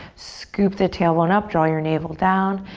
scoop the tailbone up, draw your navel down,